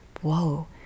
whoa